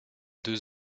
deux